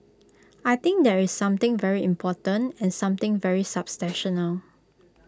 I think that's something very important and something very substantial